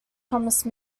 promise